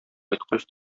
кайткач